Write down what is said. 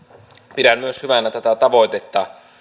pidän myös hyvänä tätä tavoitetta